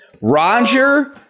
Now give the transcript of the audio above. Roger